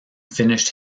finished